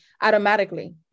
automatically